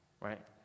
right